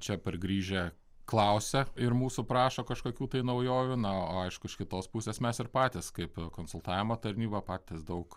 čia pargrįžę klausia ir mūsų prašo kažkokių naujovių na aišku iš kitos pusės mes ir patys kaip konsultavimo tarnyba patys daug